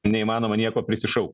neįmanoma nieko prisišaukt